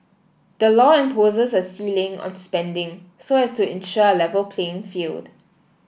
the law imposes a ceiling on spending so as to ensure A Level playing field